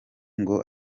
ngo